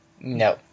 No